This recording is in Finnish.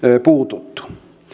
puututtu